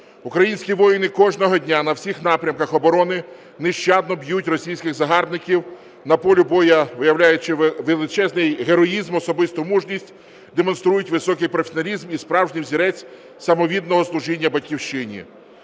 Українські воїни кожного дня на всіх напрямках оборони нещадно б'ють російських загарбників на полі бою, виявляючи величезний героїзм, особисту мужність, демонструють високий професіоналізм і справжній взірець самовідданого служіння Батьківщині.